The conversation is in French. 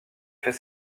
fait